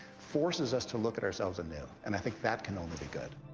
forces us to look at ourselves anew. and i think that can only be good.